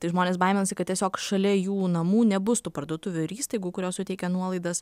tai žmonės baiminasi kad tiesiog šalia jų namų nebus tų parduotuvių ir įstaigų kurios suteikia nuolaidas